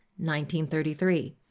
1933